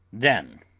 then